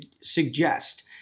suggest